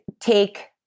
take